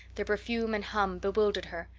the perfume and hum bewildered her.